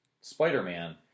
Spider-Man